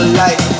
light